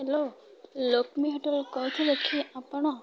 hello Lakshmi ହୋଟେଲରୁ କହୁଥିଲେ କି ଆପଣ